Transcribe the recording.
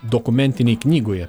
dokumentinėj knygoj